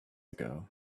ago